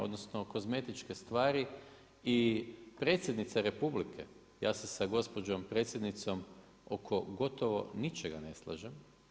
Odnosno, kozmetičke stvari i predsjednica Republike, ja se sa gospođom predsjednicom oko gotovo ničega ne slažem.